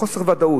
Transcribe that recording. בחוסר ודאות,